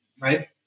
right